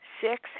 six